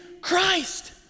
Christ